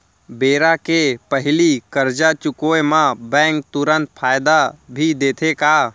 बेरा के पहिली करजा चुकोय म बैंक तुरंत फायदा भी देथे का?